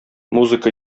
музыка